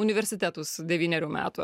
universitetus devynerių metų